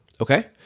Okay